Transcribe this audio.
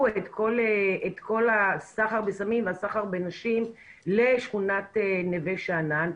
את כל הסחר בסמים והסחר בנשים לשכונת נווה שאנן,